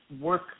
work